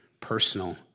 personal